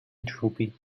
droopy